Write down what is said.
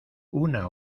una